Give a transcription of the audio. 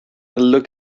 look